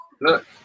look